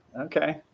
Okay